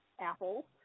Apple